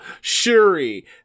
Shuri